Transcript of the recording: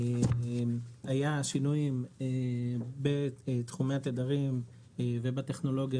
היו שינויים בתחומי התדרים ובטכנולוגיה